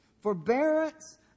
forbearance